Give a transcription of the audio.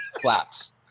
flaps